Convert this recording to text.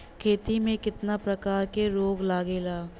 खेती में कितना प्रकार के रोग लगेला?